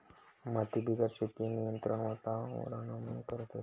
मातीबिगेर शेती नियंत्रित वातावरणमा करतस